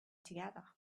together